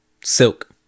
Silk